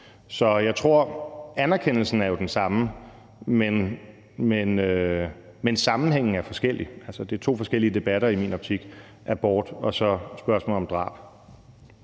tale om. Så anerkendelsen er jo den samme, men sammenhængen er forskellig. Det er i min optik to forskellige debatter. Der er abort, og så er der spørgsmålet om drab.